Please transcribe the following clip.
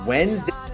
Wednesday